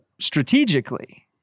strategically